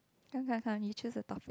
come come come you choose the topic